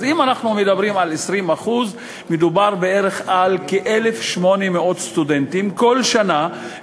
אז אם אנחנו מדברים על 20% מדובר על כ-1,800 סטודנטים כל שנה,